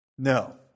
No